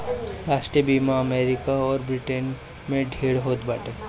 राष्ट्रीय बीमा अमरीका अउर ब्रिटेन में ढेर होत बाटे